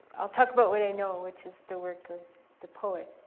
i'll talk about what i know, which is the work of the poet.